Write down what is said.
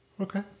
okay